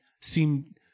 seem